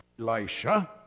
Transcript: Elisha